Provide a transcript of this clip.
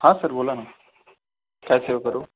हां सर बोला ना काय सेवा करू